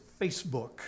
Facebook